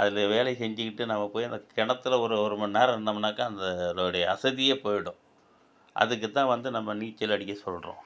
அதில் வேலை செஞ்சுக்கிட்டு நம்மப் போயி அந்தக் கிணத்துல ஒரு ஒரு மணி நேரம் இருந்தோமுனாக்கா அந்த அதோடைய அசதியேப் போயிடும் அதுக்கு தான் வந்து நம்ம நீச்சல் அடிக்க சொல்கிறோம்